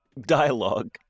dialogue